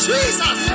Jesus